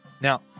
Now